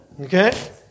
Okay